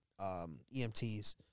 EMTs